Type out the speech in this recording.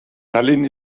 tallinn